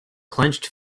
clenched